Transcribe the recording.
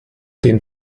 den